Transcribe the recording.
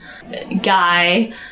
guy